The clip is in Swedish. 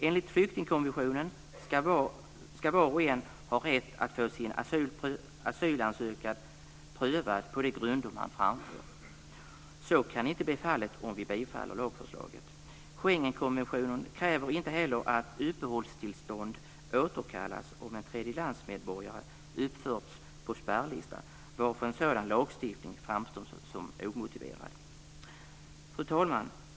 Enligt flyktingkonventionen ska var och en ha rätt att få sin asylansökan prövad på de grunder man framför. Så kan inte bli fallet om vi bifaller lagförslaget. Schengenkonventionen kräver inte heller att uppehållstillstånd återkallas om en tredjelandsmedborgare uppförts på spärrlista, varför en sådan lagstiftning framstår som omotiverad. Fru talman!